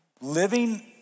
living